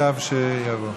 שעכשיו יבוא.